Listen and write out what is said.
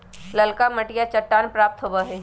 ललका मटिया चट्टान प्राप्त होबा हई